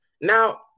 Now